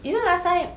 you know last time